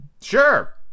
Sure